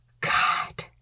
God